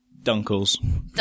Dunkles